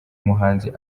muhanzi